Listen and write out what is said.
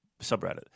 subreddit